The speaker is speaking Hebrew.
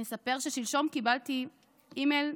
אני אספר ששלשום קיבלתי אימייל,